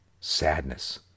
sadness